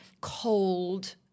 cold